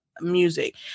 music